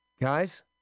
Guys